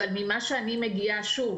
אבל ממה שאני מגיעה שוב,